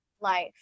life